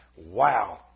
Wow